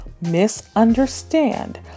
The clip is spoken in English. misunderstand